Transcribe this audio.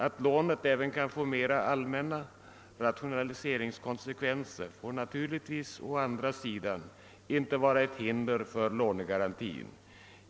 Att lånet även kan få mer allmänna rationaliseringskonsekvenser får naturligtvis å andra sidan inte vara ett hinder för lånegaranti.